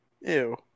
Ew